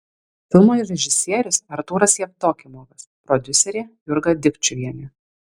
filmo režisierius artūras jevdokimovas prodiuserė jurga dikčiuvienė